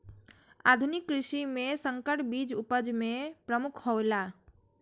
आधुनिक कृषि में संकर बीज उपज में प्रमुख हौला